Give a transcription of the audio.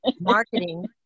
Marketing